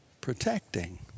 protecting